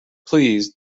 please